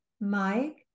Mike